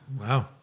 Wow